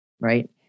right